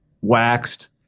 waxed